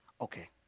Okay